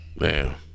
Man